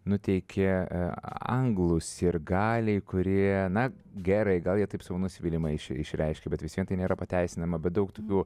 nuteikė anglų sirgaliai kurie na gerai gal jie taip savo nusivylimą išreiškė bet visiems tai nėra pateisinama bet daug tokių